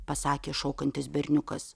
pasakė šokantis berniukas